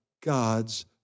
God's